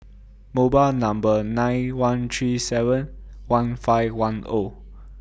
mobber Number nine one three seven one five one Zero